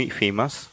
famous